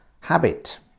Habit